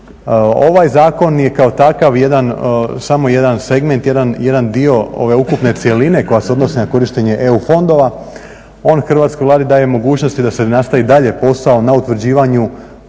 Ovaj zakon je kao takav jedan, samo jedan segment, jedan dio ove ukupne cjeline koja se odnosi na korištenje EU fondova, on Hrvatskoj vladi daje mogućnosti da se nastavi dalje posao na utvrđivanju